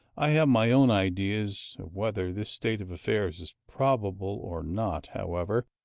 i have my own ideas of whether this state of affairs is probable or not, however,